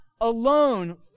alone